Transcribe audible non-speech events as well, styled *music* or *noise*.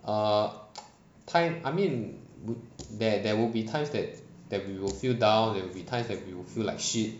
err *noise* time I mean wou~ there there would be times that that we will feel down there will be times that we will feel like shit